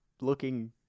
looking